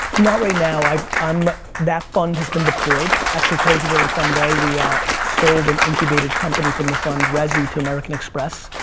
not right now, um that fund has been deployed, actually, today's a really fun day. we sold an incubated company from the fund, resy, to american express,